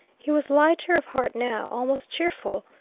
he was lighter of heart now, almost cheerful.